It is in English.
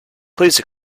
please